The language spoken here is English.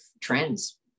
trends